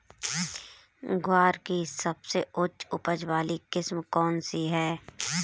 ग्वार की सबसे उच्च उपज वाली किस्म कौनसी है?